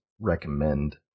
recommend